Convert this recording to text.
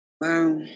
Wow